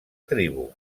tribu